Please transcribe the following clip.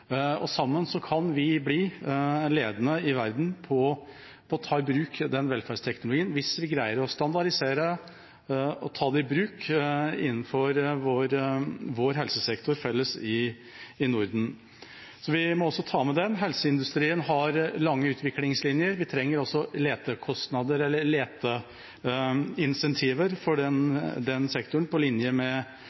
og sammen kan vi bli ledende i verden på å ta i bruk den velferdsteknologien hvis vi greier å standardisere og ta den i bruk innenfor vår felles helsesektor i Norden. Vi må også ta med det. Helseindustrien har lange utviklingslinjer. Vi trenger også letekostnader eller leteincentiver for den sektoren på linje med